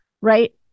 right